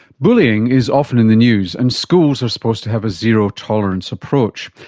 bullying is often in the news and schools are supposed to have a zero tolerance approach.